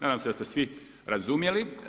Nadam se da ste svi razumjeli.